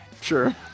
Sure